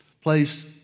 place